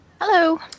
Hello